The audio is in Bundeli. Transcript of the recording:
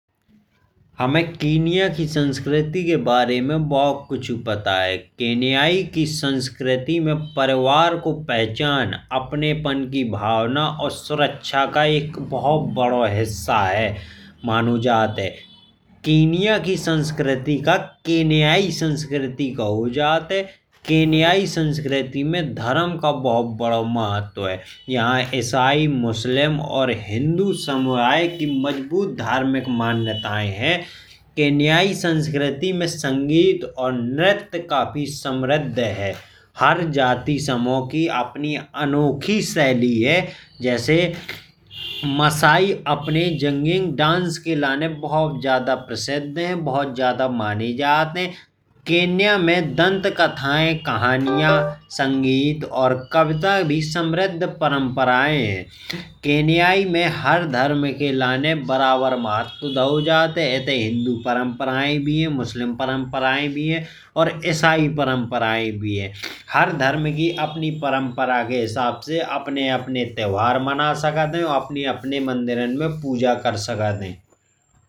हमे किनिया की संस्कृति के बारे में बहुत कुछहु पता है। किनियाई की संस्कृति में परिवार की पहचान। और अपने पन की भावना और सुरक्षा एक बहुत बड़ा हिस्सा है मानो जात है। किनिया की संस्कृति को किनियाई संस्कृति कहो जात है। किनियाई संस्कृति में धर्म को बहुत ज्यादा महत्व है यहाँ ईसाई। मुस्लिम और हिन्दू समुदाय की मजबूत धार्मिक मान्यताये हैं। किनियाई संस्कृति में संगीत और नृत्य काफी समृद्ध है। हर जाति समूह की अपनी अनोखी शैली है। जैसे मसाइ अपने जांगिंग डांस के लिए बहुत ज्यादा प्रसिद्ध है बहुत ज्यादा मान्य जात है। किनिया में दंत कथाये कहानियां संगीत और कविता भी समृद्ध परम्पराये हैं। किनियाई में हर धर्म के लिए बराबर महत्व दिया जात है इत्ते हिन्दू परम्पराये भी हैं। मुस्लिम परम्पराये भी हैं और ईसाई परम्पराये भी हैं। हर धर्म की अपनी परंपरा के हिसाब से अपने अपने त्योहार मना साकत हैं। और अपने अपने मंदिरो में पूजा कर साकत हैं।